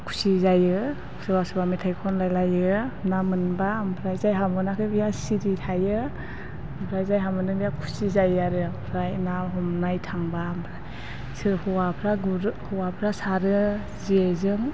खुसि जायो सोरबा सोरबा मेथाइ खनलायो ना मोनब्ला ओमफ्राय जायहा मोनाखै बेहा सिरि थायो ओमफ्राय जायहा मोनो खुसि जायो आरो ओमफ्राय ना हमनाय थांब्ला हौवाफ्रा गुरो हौवाफ्रा सारो जेजों